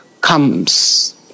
comes